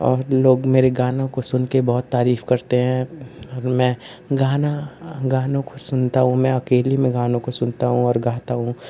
और लोग मेरे गानों को सुनकर बहुत तारीफ़ करते हैं मैं गाना गानों को सुनता हूँ अकेले में गानों को सुनता हूँ और गाता हूँ